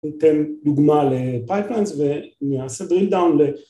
ניתן גוגמה לפייפליינס ואני אעשה דריל דאון